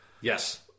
Yes